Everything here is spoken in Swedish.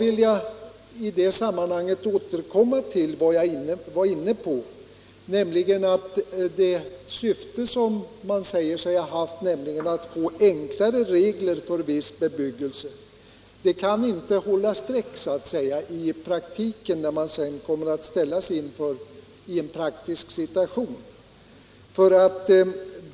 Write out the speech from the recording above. I det sammanhanget vill jag återkomma till vad jag tidigare var inne på, nämligen att det syfte som man säger sig ha haft, att få enklare regler för viss bebyggelse, kanske inte håller streck inför en praktisk situation.